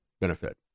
benefit